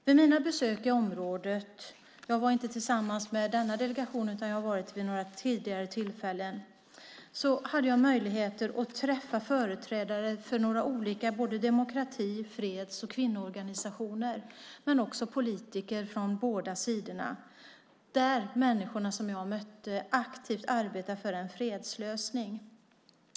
Vid mina besök i området - jag var inte tillsammans med den delegation som nämndes nyss utan jag har varit där vid några tidigare tillfällen - hade jag möjlighet att träffa företrädare för några olika demokrati-, freds och kvinnoorganisationer liksom politiker från båda sidor. Människorna som jag mötte arbetar aktivt för en fredslösning.